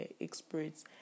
experts